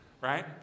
right